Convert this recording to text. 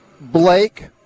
Blake